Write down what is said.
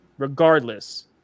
Regardless